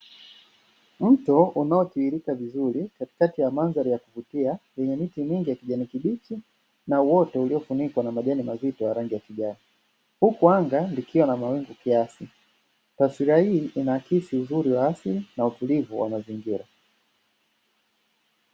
Mto unaotiririka vizuri katikati ya mandhari ya kuvutia yenye miti mingi ya kijani kibichi na uoto uliofunikwa na majani mazito ya rangi ya kijani huku anga likiwa na mawingu kiasi. Taswira hii inaakisi uzuri wa asili na utulivu wa mazingira.